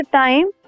time